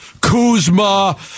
Kuzma